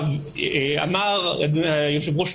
אמר נכון היושב-ראש.